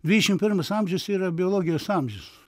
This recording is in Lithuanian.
dvidešimt pirmas amžius yra biologijos amžius